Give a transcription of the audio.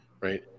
right